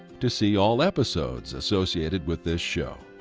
to see all episodes associated with this show.